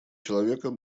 человека